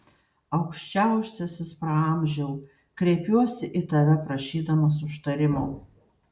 aukščiausiasis praamžiau kreipiuosi į tave prašydamas užtarimo